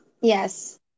Yes